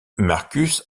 marcus